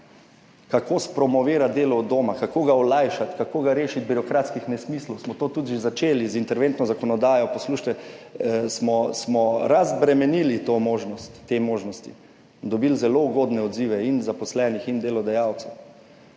kako spromovirati delo od doma, kako ga olajšati, kako ga rešiti birokratskih nesmislov, smo to tudi že začeli z interventno zakonodajo, poslušajte, smo, smo razbremenili to možnost, te možnosti, dobili zelo ugodne odzive in zaposlenih in delodajalcev